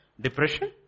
Depression